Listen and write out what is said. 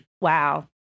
Wow